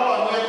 למה את,